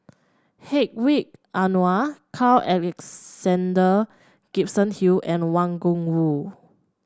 Hedwig Anuar Carl Alexander Gibson Hill and Wang Gungwu